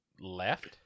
left